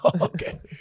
Okay